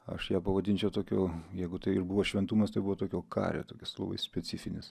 aš ją pavadinčiau tokiu jeigu tai ir buvo šventumas tai buvo tokio kario tokis labai specifinis